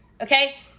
Okay